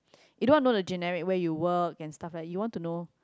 you don't want to know the generic way you work and stuff lah you want to know